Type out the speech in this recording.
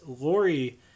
Laurie